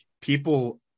people –